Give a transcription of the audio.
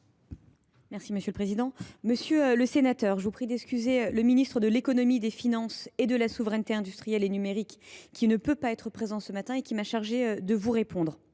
Mme la ministre déléguée. Monsieur le sénateur, je vous prie d’excuser le ministre de l’économie, des finances et de la souveraineté industrielle et numérique, qui, ne pouvant être présent ce matin, m’a chargée de vous répondre.